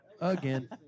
again